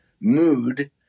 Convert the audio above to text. mood